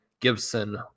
Gibson